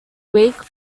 weak